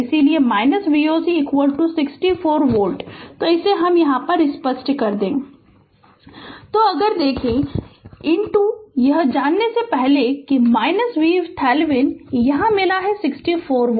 इसलिए Voc 64 volt तो इसे स्पष्ट करने दे Refer Slide Time 1914 तो अगर देखो यह जाने से पहले कि VThevenin यहाँ मिला 64 वोल्ट